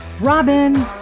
Robin